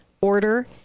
Order